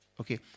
Okay